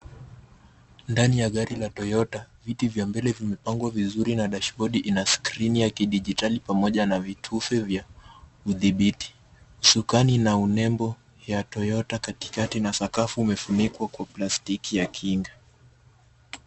Ndani ya gari la Toyota, viti vya mbele vimepangwa vizuri na dashibodi ina skrini ya kidijitali pamoja na vitufe vya udhibiti. Usukani una nembo ya Toyota katikati na sakafu umefunikwa kwa plastiki ya kinga.